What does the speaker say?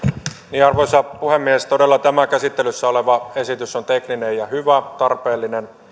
arvoisa puhemies todella tämä käsittelyssä oleva esitys on tekninen ja hyvä tarpeellinen